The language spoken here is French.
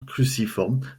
cruciforme